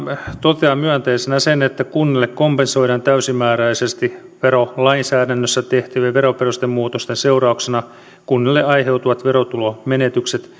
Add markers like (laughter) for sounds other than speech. toteaa myönteisenä sen että kunnille kompensoidaan täysimääräisesti verolainsäädännössä tehtyjen veroperustemuutosten seurauksena kunnille aiheutuvat verotulomenetykset (unintelligible)